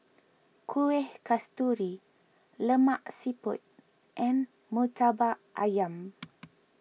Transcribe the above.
Kuih Kasturi Lemak Siput and Murtabak Ayam